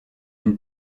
une